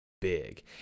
big